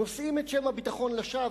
נושאים את שם הביטחון לשווא,